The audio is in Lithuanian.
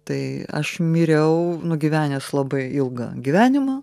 tai aš miriau nugyvenęs labai ilgą gyvenimą